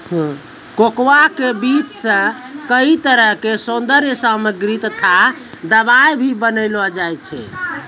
cocoa के बीज सॅ कई तरह के सौन्दर्य सामग्री तथा दवाई भी बनैलो जाय छै